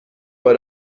bei